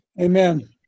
Amen